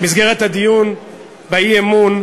במסגרת הדיון באי-אמון,